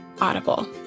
Audible